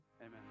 Amen